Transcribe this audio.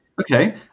Okay